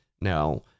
now